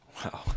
Wow